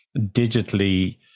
digitally